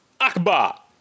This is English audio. akbar